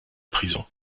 prison